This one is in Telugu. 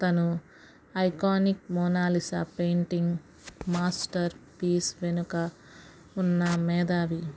తను ఐకానిక్ మోనాలిసా పెయింటింగ్ మాస్టర్పీస్ వెనుక ఉన్న మేధావి